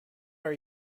are